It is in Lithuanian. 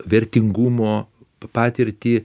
vertingumo patirtį